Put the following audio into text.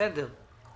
בסדר.